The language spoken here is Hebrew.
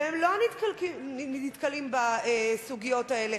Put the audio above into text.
והם לא נתקלים בסוגיות האלה.